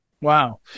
Wow